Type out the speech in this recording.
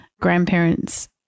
grandparents